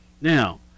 Now